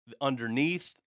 underneath